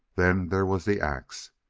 then there was the ax!